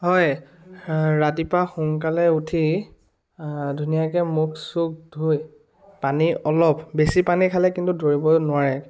হয় ৰাতিপুৱা সোনকালে উঠি ধুনীয়াকৈ মুখ চুখ ধুই পানী অলপ বেছি পানী খালে কিন্তু দৌৰিব নোৱাৰে